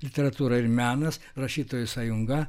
literatūra ir menas rašytojų sąjunga